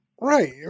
Right